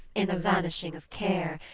in the vanishing of care,